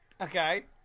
Okay